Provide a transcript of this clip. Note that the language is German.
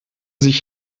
sich